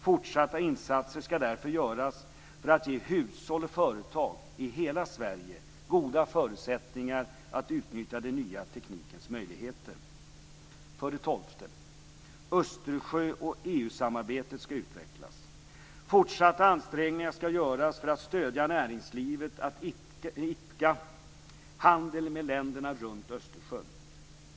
Fortsatta insatser skall därför göras för att ge hushåll och företag i hela Sverige goda förutsättningar att utnyttja den nya teknikens möjligheter. 12. Östersjö och EU-samarbetet skall utvecklas. Fortsatta ansträngningar skall göras för att stödja näringslivet att idka handel med länderna runt Östersjön.